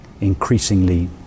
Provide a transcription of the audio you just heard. Increasingly